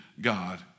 God